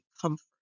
comfort